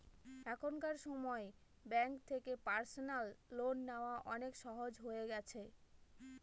এখনকার সময় ব্যাঙ্ক থেকে পার্সোনাল লোন নেওয়া অনেক সহজ হয়ে গেছে